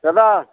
দাদা